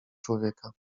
człowieka